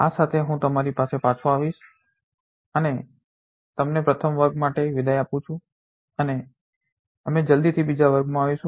આ સાથે હું તમારી પાસે પાછો આવીશ અને તમને પ્રથમ વર્ગ માટે વિદાય આપું અને અમે જલ્દી જ બીજા વર્ગમાં આવીશું